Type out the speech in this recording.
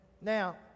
Now